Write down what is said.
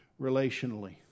relationally